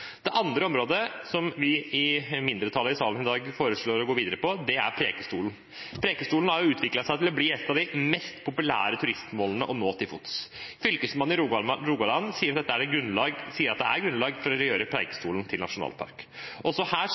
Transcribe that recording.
Det andre området som vi i mindretallet i salen i dag foreslår å gå videre med, er Preikestolen. Preikestolen har utviklet seg til å bli et av de mest populære turistmålene å nå til fots. Fylkesmannen i Rogaland sier at det er grunnlag for å gjøre Preikestolen til nasjonalpark. Også her ser vi at det er